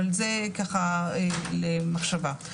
אבל זה ככה למחשבה.